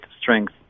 strength